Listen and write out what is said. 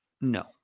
No